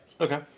Okay